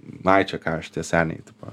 ai čia ką šitie seniai tipo